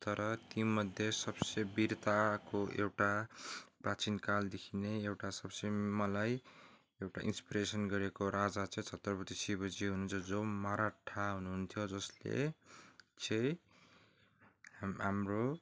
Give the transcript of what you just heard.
तर तीमध्ये सबसे वीरताको एउटा प्राचीनकालदेखि नै एउटा सबसे मलाई एउटा इन्स्पिरेसन गरेको राजा चाहिँ छत्रपति शिवजी हुनुहुन्छ जो मराठा हुुनुहुन्थ्यो जसले चाहिँ हाम्रो